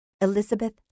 Elizabeth